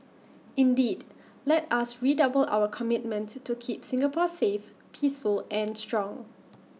indeed let us redouble our commitment to keep Singapore safe peaceful and strong